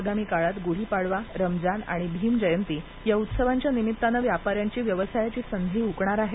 आगामी काळात गुढीपाडवा रमजान आणि भीम जयंती या उत्सवाच्या निमित्ताने व्यापाऱ्यांची व्यवसायाची संधी हकणार आहे